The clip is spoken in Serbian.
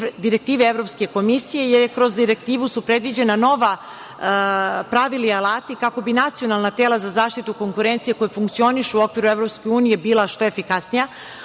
direktive Evropske komisije, jer su kroz direktivu predviđena nova pravila i alati kako bi nacionalna tela za zaštitu konkurencije koja funkcionišu u okviru EU bila što efikasnija.